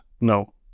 No